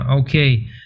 okay